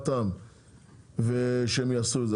אחרת מה הטעם שהם יעשו את זה?